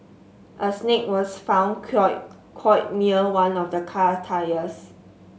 a snake was found coil coil near one of the car tyres